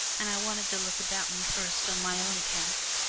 and i wanted to look about me first on my own account.